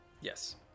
Yes